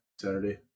Saturday